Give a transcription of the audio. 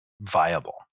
viable